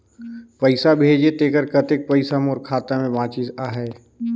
पइसा भेजे तेकर कतेक पइसा मोर खाता मे बाचिस आहाय?